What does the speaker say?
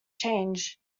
change